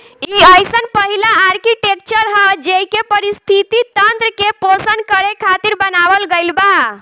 इ अइसन पहिला आर्कीटेक्चर ह जेइके पारिस्थिति तंत्र के पोषण करे खातिर बनावल गईल बा